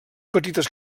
petites